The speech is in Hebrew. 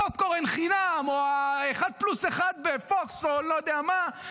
הפופקורן חינם או האחד פלוס אחד בפוקס או אני לא יודע מה,